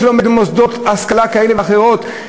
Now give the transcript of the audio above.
על כל מי שלומד במוסדות השכלה כאלה ואחרים,